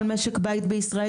כל משק בית בישראל,